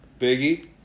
Biggie